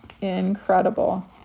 incredible